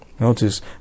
Notice